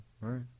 right